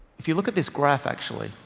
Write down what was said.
if you look at this graph actually,